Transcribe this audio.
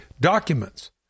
documents